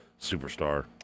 superstar